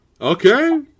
Okay